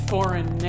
foreign